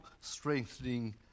strengthening